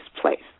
place